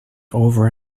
over